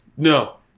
No